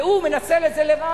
והוא מנצל את זה לרעה.